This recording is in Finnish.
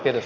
kiitos